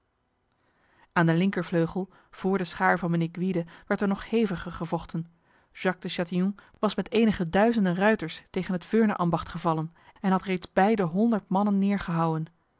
aan de linkervleugel voor de schaar van mijnheer gwyde werd er nog heviger gevochten jacques de chatillon was met enige duizenden ruiters tegen het veurnes ambacht gevallen en had reeds bij de honderd mannen neergehouwen